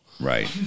Right